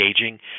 engaging